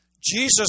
Jesus